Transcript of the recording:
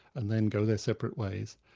and then go their separate ways,